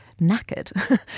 knackered